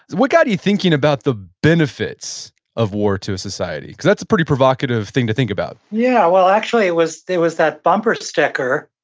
what got you thinking about the benefits of war to a society? cause that's a pretty provocative thing to think about yeah, well, actually, there was that bumper sticker,